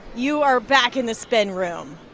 you are back in the spin room.